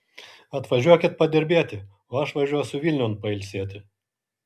atvažiuokit padirbėti o aš važiuosiu vilniun pailsėti